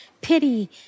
Pity